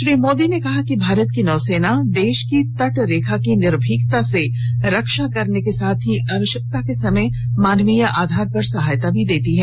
श्री मोदी ने कहा कि भारत की नौसेना देश की तट रेखा की निर्भीकता से रक्षा करने के साथ ही आवश्यकता के समय मानवीय आधार पर सहायता भी देती है